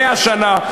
100 שנה,